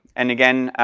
and again,